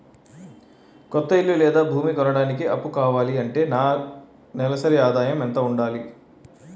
కొత్త ఇల్లు లేదా భూమి కొనడానికి అప్పు కావాలి అంటే నా నెలసరి ఆదాయం ఎంత ఉండాలి?